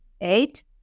eight